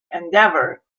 endeavour